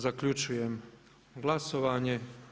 Zaključujem glasovanje.